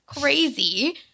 crazy